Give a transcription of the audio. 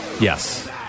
Yes